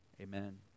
amen